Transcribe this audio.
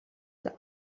the